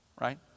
Right